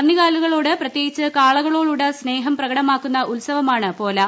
കന്നുകാലികളോട് പ്രത്യേകിച്ച് കാളകളോടുള്ള സ്നേഹം പ്രകടമാക്കുന്ന ഉത്സവമാണ് പോലാ